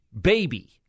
baby